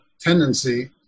tendency